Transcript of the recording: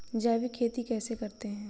जैविक खेती कैसे करते हैं?